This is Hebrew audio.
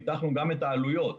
ניתחנו גם את העלויות,